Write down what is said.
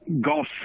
Golf